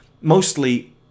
Mostly